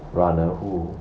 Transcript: runner who